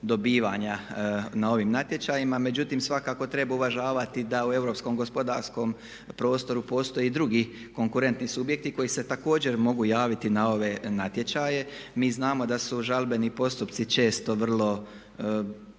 dobivanja na ovim natječajima. Međutim, svakako treba uvažavati da u europskom gospodarskom prostoru postoje i drugi konkurentni subjekti koji se također mogu javiti na ove natječaje. Mi znamo da su žalbeni postupci često vrlo